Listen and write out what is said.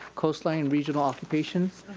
coast lane regional operations,